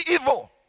evil